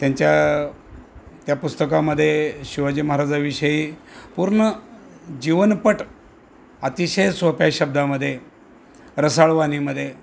त्यांच्या त्या पुस्तकामध्ये शिवाजी महाराजांविषयी पूर्ण जीवनपट अतिशय सोप्या शब्दामध्ये रसाळ वाणीमध्ये